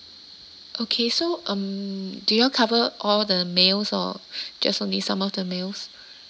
okay so um do you all cover all the meals or just only some of the meals